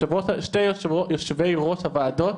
שני יושבי ראש הוועדות,